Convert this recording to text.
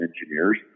Engineers